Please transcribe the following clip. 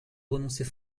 renoncer